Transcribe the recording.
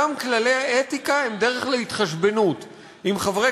גם כללי האתיקה הם דרך להתחשבנות עם חברי